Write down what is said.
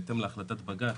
בהתאם להחלטת בג"ץ,